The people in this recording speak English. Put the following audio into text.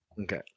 Okay